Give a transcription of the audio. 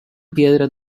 piedras